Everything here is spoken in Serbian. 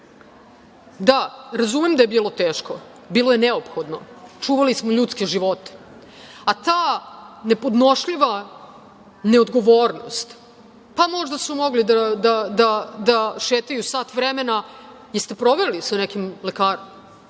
ne. Da, razumem da je bilo teško, bilo je neophodno, čuvali smo ljudske živote, a ta nepodnošljiva neodgovornost, pa možda su mogli da šetaju sat vremena. Jeste li proveli sa nekim lekarom,